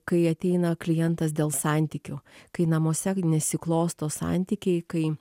kai ateina klientas dėl santykių kai namuose nesiklosto santykiai kai